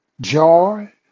joy